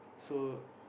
so